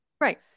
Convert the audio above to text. right